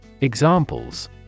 Examples